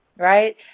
Right